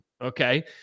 Okay